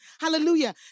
Hallelujah